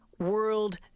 world